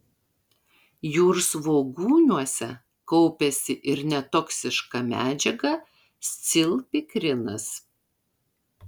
jūrsvogūniuose kaupiasi ir netoksiška medžiaga scilpikrinas